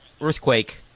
earthquake